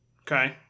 Okay